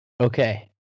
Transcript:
okay